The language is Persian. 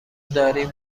داریم